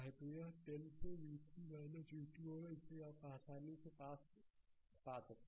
तो यह 10 से v 3 v2 होगा जिसे आप आसानी से पा सकते हैं